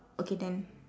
okay then